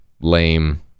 lame